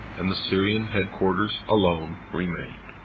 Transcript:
and the syrian headquarters alone remained